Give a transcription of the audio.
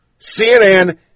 CNN